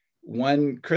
one